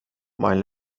mein